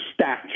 stats